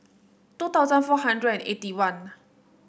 two thousand four hundred and eighty one